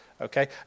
okay